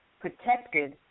protected